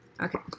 Okay